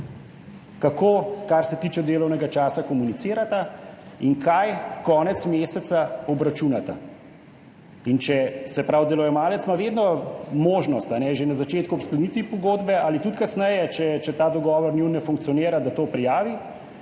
kar se tiče delovnega časa, komunicirata in konec meseca obračunata. Se pravi, delojemalec ima vedno možnost že na začetku ob sklenitvi pogodbe ali tudi kasneje, če ta njun dogovor ne funkcionira, da to prijavi,